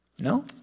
No